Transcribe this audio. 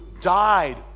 died